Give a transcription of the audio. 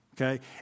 Okay